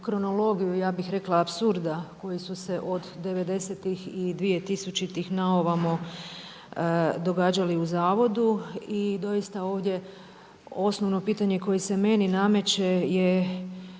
ja bih rekla apsurda koji su se od devedesetih i dvije tisućitih na ovamo događali u zavodu. I doista je ovdje osnovno pitanje koje se meni nameće je